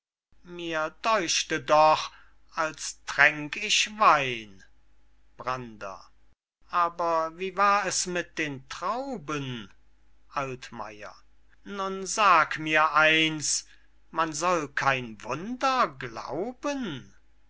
mir däuchte doch als tränk ich wein brander aber wie war es mit den trauben altmayer nun sag mir eins man soll kein wunder glauben